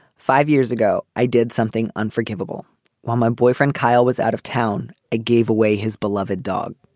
five years ago, i did something unforgivable while my boyfriend kyle was out of town a gave away his beloved dog.